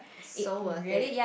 so worth it